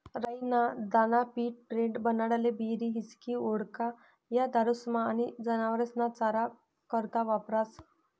राई ना दाना पीठ, ब्रेड, बनाडाले बीयर, हिस्की, वोडका, या दारुस्मा आनी जनावरेस्ना चारा करता वापरास